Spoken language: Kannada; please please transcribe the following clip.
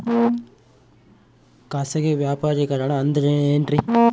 ಖಾಸಗಿ ವ್ಯಾಪಾರಿಕರಣ ಅಂದರೆ ಏನ್ರಿ?